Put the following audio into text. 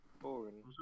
boring